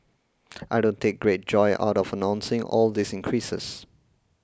I don't take great joy out of announcing all these increases